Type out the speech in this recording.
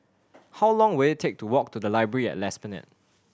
how long will it take to walk to the Library at Esplanade